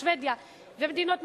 שבדיה ומדינות נוספות,